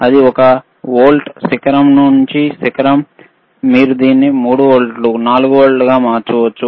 ఇది ఒక volt peak to peak మీరు దీన్ని 3 వోల్ట్లు 4 వోల్ట్లుగా మార్చవచ్చు